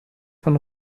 von